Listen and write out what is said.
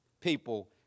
people